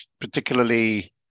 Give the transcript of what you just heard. particularly